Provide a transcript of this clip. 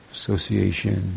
association